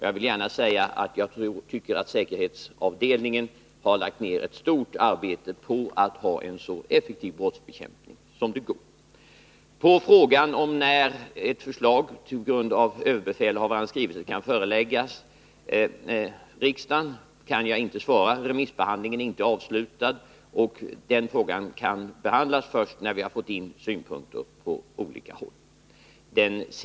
Jag vill gärna säga att jag tycker att säkerhetsavdelningen har lagt ned ett stort arbete på att ha en så effektiv brottsbekämpning som det går att ha. På frågan om när ett förslag på grund av överbefälhavarens skrivelse kan föreläggas riksdagen kan jag inte svara. Remissbehandlingen är inte avslutad. Den frågan kan behandlas först när vi fått in synpunkter från olika håll.